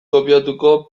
kopiatuko